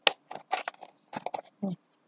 mm